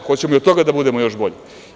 Hoćemo i od toga da budemo još bolji.